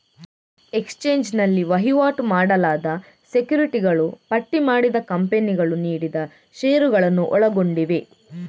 exchange ನಲ್ಲಿ ವಹಿವಾಟು ಮಾಡಲಾದ ಸೆಕ್ಯುರಿಟಿಗಳು ಪಟ್ಟಿ ಮಾಡಿದ ಕಂಪನಿಗಳು ನೀಡಿದ ಷೇರುಗಳನ್ನು ಒಳಗೊಂಡಿವೆ